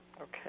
okay